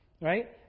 right